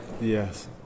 Yes